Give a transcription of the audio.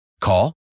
Call